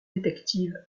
détective